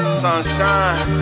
sunshine